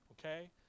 okay